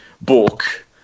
book